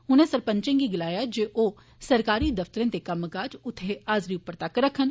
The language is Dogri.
उनें सरपंचें गी गलाया जे ओह् सरकारी दफ्तरें दे कम्मकाज उत्थे हाजिरी उप्पर तक्क रक्खन